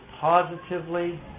positively